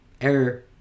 error